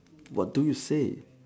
what do you say